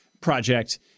project